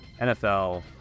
NFL